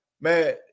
man